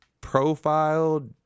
profiled